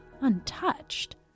untouched